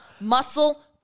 Muscle